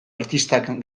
artistak